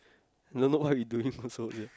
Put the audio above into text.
don't know what we doing also yeah